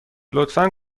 لطفا